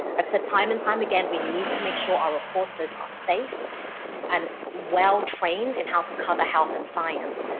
i've said time and time again, we need to make sure our reporters are safe and well trained in how to cover health and science.